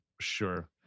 Sure